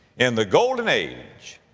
in the golden age,